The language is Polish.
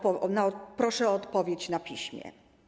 Proszę o odpowiedź na piśmie.